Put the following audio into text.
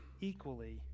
equally